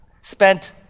spent